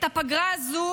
את הפגרה הזאת